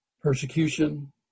persecution